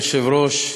אדוני היושב-ראש,